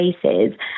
places